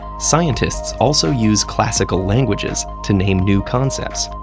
scientists also use classical languages to name new concepts.